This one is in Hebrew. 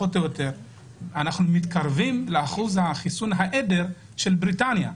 האם אנחנו מתקרבים לאחוז חיסון העדר של בריטניה,